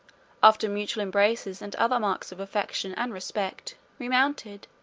after mutual embraces and other marks of affection and respect, remounted,